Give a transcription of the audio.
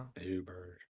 uber